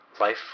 life